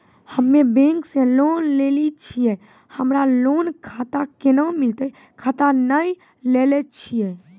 हम्मे बैंक से लोन लेली छियै हमरा लोन खाता कैना मिलतै खाता नैय लैलै छियै?